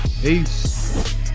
Peace